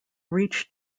reached